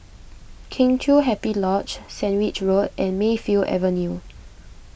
Kheng Chiu Happy Lodge Sandwich Road and Mayfield Avenue